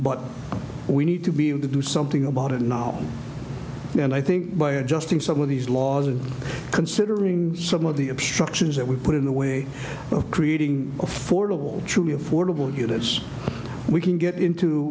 but we need to be able to do something about it now and i think by adjusting some of these laws and considering some of the obstructions that we put in the way of creating affordable truly affordable units we can get into